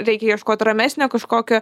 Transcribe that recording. reikia ieškot ramesnio kažkokio